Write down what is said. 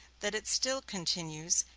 that it still continues,